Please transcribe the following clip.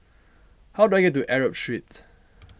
how do I get to Arab Street